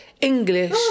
English